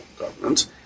government